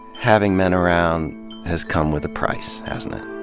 having men around has come with a price, hasn't it.